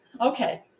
Okay